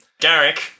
Garrick